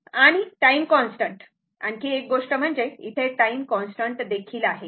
आणि time constant आणखी एक गोष्ट म्हणजे इथे टाईम कॉन्स्टन्ट देखील आहे